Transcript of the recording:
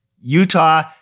Utah